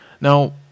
Now